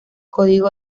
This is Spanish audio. código